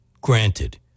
Granted